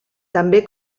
també